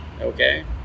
Okay